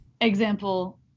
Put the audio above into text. example